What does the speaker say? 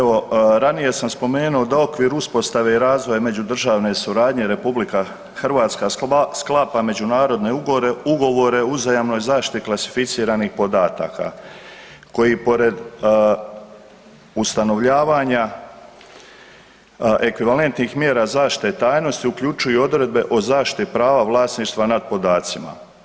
Evo, ranije sam spomenuo da okvir uspostave i razvoja međudržavne suradnje RH sklapa međunarodne ugovore, ugovore o uzajamnoj zaštiti klasificiranih podataka koji pored ustanovljavanja ekvivalentnih mjera zaštite tajnosti, uključuje odredbe o zaštiti prava vlasništva nad podacima.